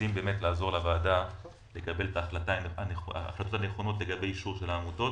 רוצים לעזור לוועדה לקבל את ההחלטות הנכונות לגבי האישור של העמותות.